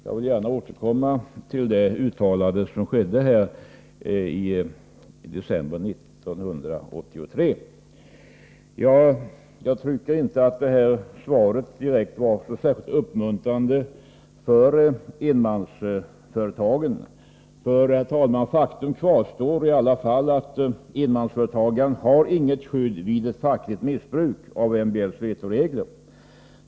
Jag vill gärna återkomma till det uttalandet, som gjordes i december 1983. Jag tycker inte att svaret var särskilt uppmuntrande för enmansföretagen. Faktum kvarstår i alla fall: Enmansföretagaren har inget skydd vid ett fackligt missbruk av MBL:s vetoregler.